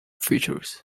features